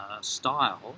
style